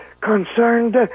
concerned